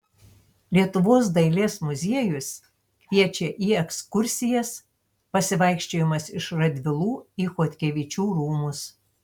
lietuvos dailės muziejus kviečia į ekskursijas pasivaikščiojimas iš radvilų į chodkevičių rūmus